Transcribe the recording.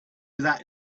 that